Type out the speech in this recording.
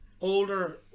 older